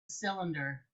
cylinder